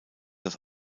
das